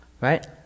right